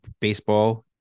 baseball